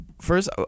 first